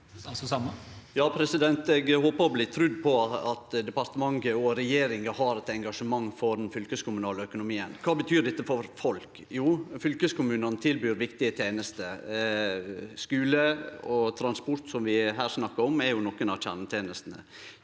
Eg håpar å bli trudd på at departementet og regjeringa har eit engasjement for den fylkeskommunale økonomien. Kva betyr dette for folk? Jo, fylkeskommunane tilbyr viktige tenester. Skule og transport, som vi her snakkar om, er nokon av kjernetenestene.